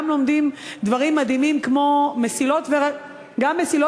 לומדים גם דברים מדהימים כמו מסילות ורכבות,